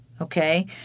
okay